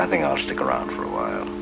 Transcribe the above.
i think i'll stick around for a while